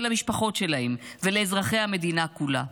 ולמשפחות שלהם ולאזרחי המדינה כולה.